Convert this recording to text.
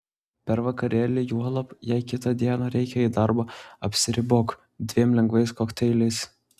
per vakarėlį juolab jei kitą dieną reikia į darbą apsiribok dviem lengvais kokteiliais